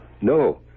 No